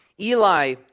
Eli